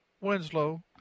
Winslow